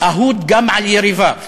אהוד גם על יריביו,